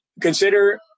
consider